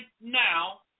now